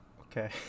Okay